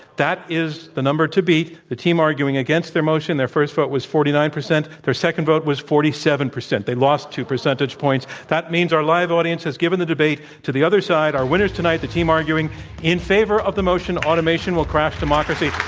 that is the number to beat. the team arguing against the motion. their first vote was forty nine percent, their second vote was forty seven percent. they lost two percentage points. that means our live audience has given the debate to the other side. our winners tonight, the team arguing in favor of the motion, automation will crash democracy.